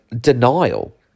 denial